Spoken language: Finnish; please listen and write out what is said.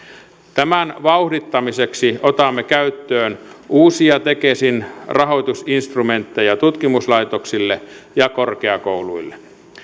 tämän vauhdittamiseksi otamme käyttöön uusia tekesin rahoitusinstrumentteja tutkimuslaitoksille ja korkeakouluille